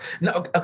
No